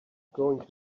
going